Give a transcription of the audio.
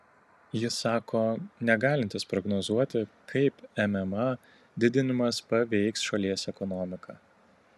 jis sako negalintis prognozuoti kaip mma didinimas paveiks šalies ekonomiką